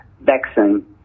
vaccine